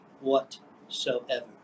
whatsoever